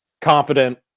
confident